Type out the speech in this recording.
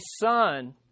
son